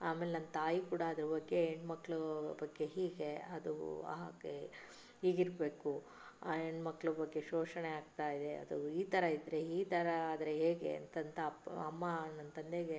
ಆಮೇಲೆ ನನ್ನ ತಾಯಿ ಕೂಡ ಅದರ ಬಗ್ಗೆ ಹೆಣ್ಣುಮಕ್ಕಳ ಬಗ್ಗೆ ಹೀಗೆ ಅದು ಹಾಗೆ ಹೀಗಿರಬೇಕು ಆ ಹೆಣ್ಣುಮಕ್ಕಳ ಬಗ್ಗೆ ಶೋಷಣೆ ಆಗ್ತಾ ಇದೆ ಅದು ಈ ಥರ ಇದ್ದರೆ ಈ ಥರ ಆದರೆ ಹೇಗೆ ಅಂತಂತ ಅಪ್ಪ ಅಮ್ಮ ನನ್ನ ತಂದೆಗೆ